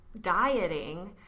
dieting